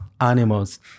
animals